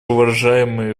уважаемый